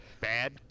bad